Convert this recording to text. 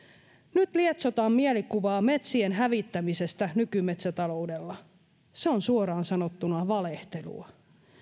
nyt lietsotaan mielikuvaa metsien hävittämisestä nykymetsätaloudella ja se on suoraan sanottuna valehtelua